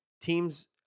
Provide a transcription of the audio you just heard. teams